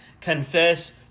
confess